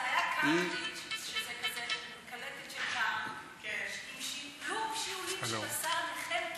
זו הייתה קלטת עם לופ של שיעולים של השר נחמקין,